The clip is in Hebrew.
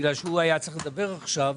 בגלל שהוא היה צריך לדבר עכשיו,